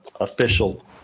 official